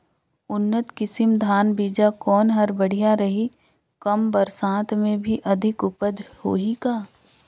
उन्नत किसम धान बीजा कौन हर बढ़िया रही? कम बरसात मे भी अधिक उपज होही का?